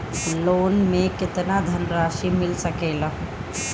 Loan मे केतना धनराशी मिल सकेला?